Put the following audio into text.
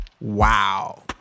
wow